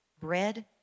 Bread